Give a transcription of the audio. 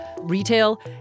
retail